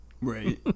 Right